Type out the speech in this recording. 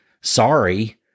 Sorry